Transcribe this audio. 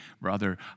brother